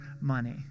money